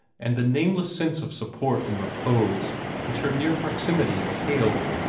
and the nameless sense of support and repose which her near proximity exhaled.